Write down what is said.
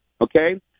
Okay